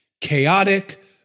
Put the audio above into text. chaotic